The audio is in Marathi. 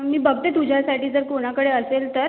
मी बघते तुझ्यासाठी जर कोणाकडे असेल तर